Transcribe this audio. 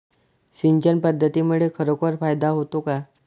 सिंचन पद्धतीमुळे खरोखर फायदा होतो का?